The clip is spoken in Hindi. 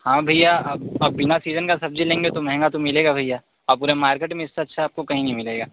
हाँ भैया अब अब बिना सीजन की सब्ज़ी लेंगे तो महंगा तो मिलेगा भैया अब पूरे मार्केट में इससे अच्छा आपको कहीं नहीं मिलेगा